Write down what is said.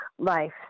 life